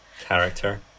character